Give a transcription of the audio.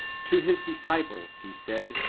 to his disciples he said,